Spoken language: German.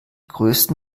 größten